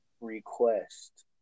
request